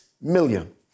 million